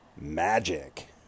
Magic